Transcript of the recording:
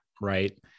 right